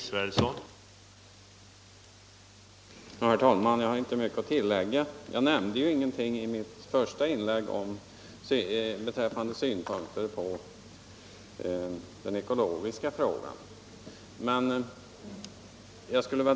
Herr talman! Jag har inte mycket att tillägga. Jag nämnde i mitt första inlägg ingenting om den ekologiska frågan.